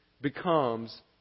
becomes